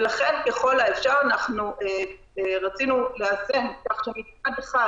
ולכן ככל האפשר רצינו לאזן שמצד אחד